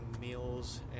meals